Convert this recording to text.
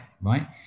right